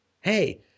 Hey